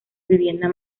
vivienda